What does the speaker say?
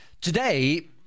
today